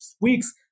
weeks